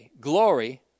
glory